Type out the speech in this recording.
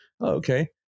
okay